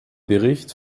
bericht